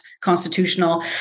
constitutional